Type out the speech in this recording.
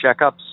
checkups